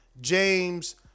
James